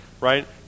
Right